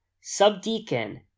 Subdeacon